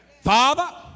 Father